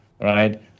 right